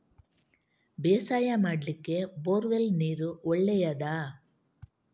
ಬೇಸಾಯ ಮಾಡ್ಲಿಕ್ಕೆ bore well ನೀರು ಒಳ್ಳೆಯದಾ?